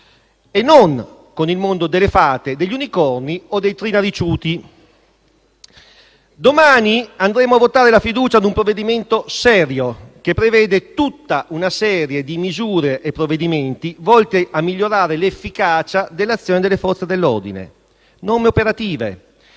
e non con il mondo delle fate, degli unicorni o dei trinariciuti. Domani andremo a votare la fiducia a un provvedimento serio, che prevede tutta una serie di misure e norme volte a migliorare l'efficacia dell'azione delle Forze dell'ordine: norme operative